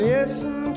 Listen